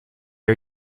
are